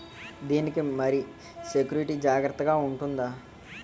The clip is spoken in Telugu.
దీని కి మరి సెక్యూరిటీ జాగ్రత్తగా ఉంటుందా?